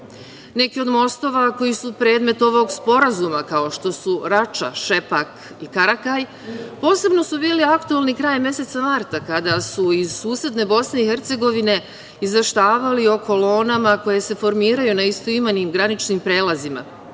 od mostova koji su predmet ovog Sporazuma, kao što su Rača, Šepak i Karakaj, posebno su bili aktuelni krajem meseca marta, kada su iz susedne Bosne i Hercegovine izveštavali o kolonama koje se formiraju na istoimenim graničnim prelazima.